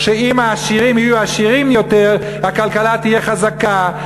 שאם העשירים יהיו עשירים יותר הכלכלה תהיה חזקה,